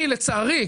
אני לצערי,